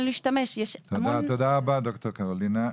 תודה רבה, ד"ר קרולינה.